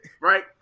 Right